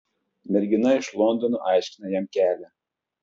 mergina iš londono aiškina jam kelią